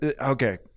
okay